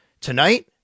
tonight